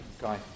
guy